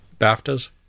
BAFTAs